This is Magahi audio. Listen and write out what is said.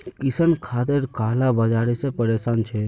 किसान खादेर काला बाजारी से परेशान छे